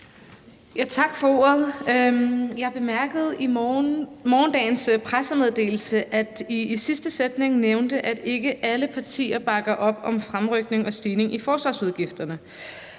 Tak for ordet. Jeg bemærkede i morgenens pressemeddelelse, at I i sidste sætning nævnte, at ikke alle partier bakker op om fremrykning og stigning i forsvarsudgifterne,